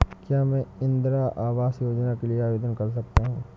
क्या मैं इंदिरा आवास योजना के लिए आवेदन कर सकता हूँ?